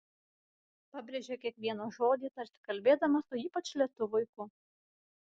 pabrėžė kiekvieną žodį tarsi kalbėdama su ypač lėtu vaiku